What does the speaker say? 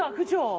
um could you